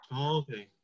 okay